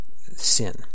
sin